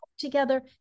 together